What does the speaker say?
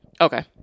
Okay